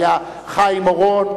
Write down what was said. היה חיים אורון,